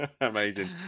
Amazing